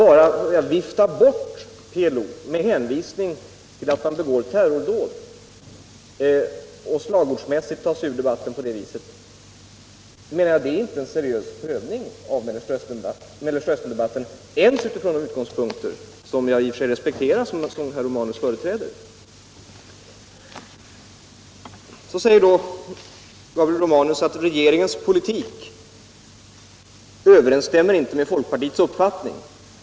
Att bara vifta bort PLO med hänvisning till att organisationen begår terrordåd och slagordsmässigt ta sig ur debatten på det sättet innebär inte en seriös prövning av Mellanösternfrågan — inte ens ifrån de utgångspunkter som herr Romanus företräder och som jag i och för sig respekterar. Gabriel Romanus säger att regeringens politik inte överensstämmer med folkpartiets uppfattning.